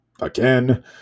again